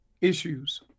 issues